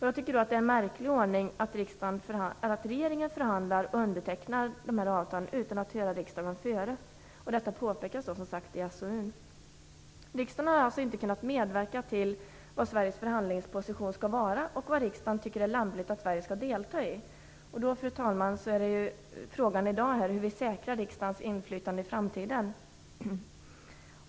Jag tycker att det är en märklig ordning att regeringen förhandlar och undertecknar de här avtalen utan att först höra riksdagen, och detta påpekas, som sagt, också i SOU Riksdagen har alltså inte kunnat medverka till den förhandlingsposition som Sverige skall inta och påverka vad Sverige skall delta i. Fru talman! Frågan i dag är hur vi säkrar riksdagens inflytande i framtiden.